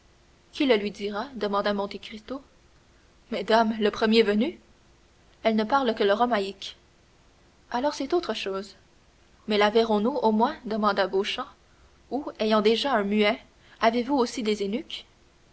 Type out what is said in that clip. qui le lui dira demanda monte cristo mais dame le premier venu elle ne parle que le romaïque alors c'est autre chose mais la verrons-nous au moins demanda beauchamp ou ayant déjà un muet avez-vous aussi des eunuques